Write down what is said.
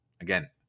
Again